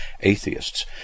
atheists